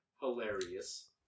hilarious